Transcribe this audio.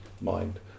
mind